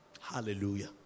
Hallelujah